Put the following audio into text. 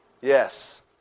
Yes